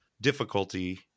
difficulty